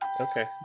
okay